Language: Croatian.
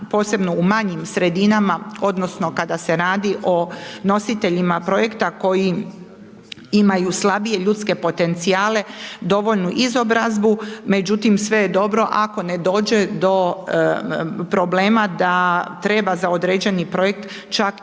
posebno u manjim sredinama odnosno kada se radi o nositeljima projekta koji imaju slabije ljudske potencijale dovoljnu izobrazbu međutim sve je dobro ako ne dođe do problema da treba za određeni projekt čak